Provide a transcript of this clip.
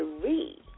three